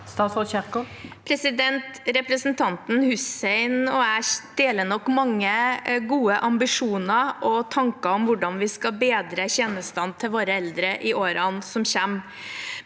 Ingvild Kjerkol Representan- ten Hussein og jeg deler nok mange gode ambisjoner og tanker om hvordan vi skal bedre tjenestene til våre eldre i årene som kommer,